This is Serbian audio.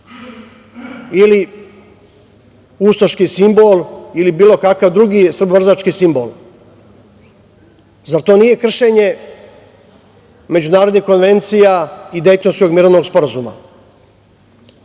ili ustaški simbol ili bilo kakav srbomrzački simbol. Zar to nije kršenje međunarodnih konvencija i Dejtonskog mirovnog sporazuma. Vi